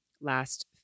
last